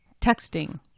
texting